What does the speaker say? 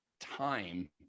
time